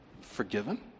forgiven